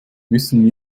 müssen